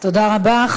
תודה רבה.